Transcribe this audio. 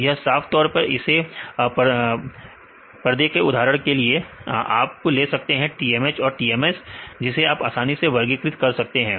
तो यह साफ तौर पर इसे पर्दे का उदाहरण के लिए आप ले सकते हैं TMH और TMS जिसे आप आसानी से वर्गीकृत कर सकते हैं